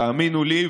תאמינו לי.